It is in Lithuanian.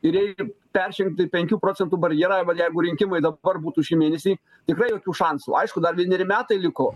ir jai peržengti penkių procentų barjerą arba jeigu rinkimai dabar būtų šį mėnesį tikrai jokių šansų aišku dar vieneri metai liko